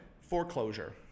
foreclosure